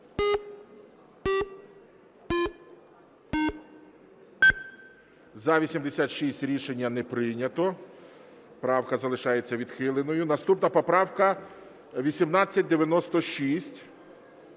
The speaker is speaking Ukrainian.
За-86 Рішення не прийнято. Правка залишається відхиленою. Наступна поправка 1896